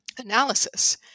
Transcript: analysis